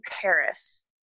paris